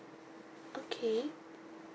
okay